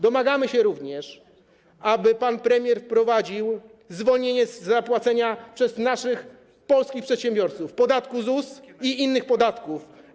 Domagamy się również, aby pan premier wprowadził zwolnienie z płacenia przez naszych polskich przedsiębiorców podatku ZUS i innych podatków.